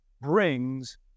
brings